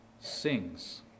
sings